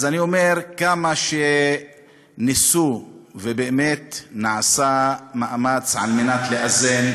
אז אני אומר: כמה שניסו, ובאמת נעשה מאמץ לאזן.